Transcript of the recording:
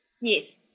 Yes